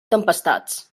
tempestats